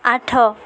ଆଠ